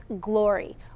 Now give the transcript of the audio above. glory